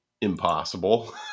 impossible